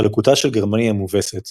חלוקתה של גרמניה המובסת,